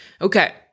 Okay